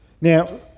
Now